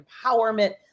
empowerment